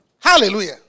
Hallelujah